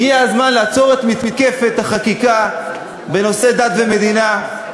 הגיע הזמן לעצור את מתקפת החקיקה בנושאי דת ומדינה.